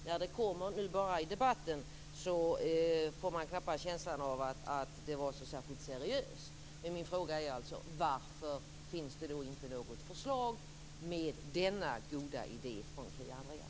När det nu bara kommer i debatten får man knappast känslan av att det är så seriöst. Min fråga är alltså: Varför finns det inte något förslag med denna goda idé från Kia Andreasson?